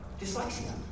dyslexia